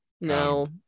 No